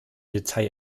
detail